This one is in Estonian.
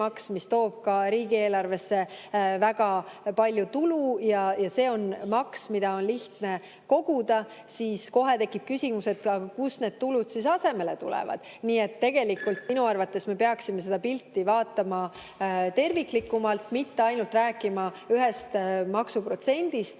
mis toob riigieelarvesse väga palju tulu, ja see on maks, mida on lihtne koguda, siis kohe tekib küsimus, kust need tulud asemele tulevad. Nii et tegelikult minu arvates me peaksime seda pilti vaatama terviklikumalt – mitte ainult rääkima ühest maksuprotsendist,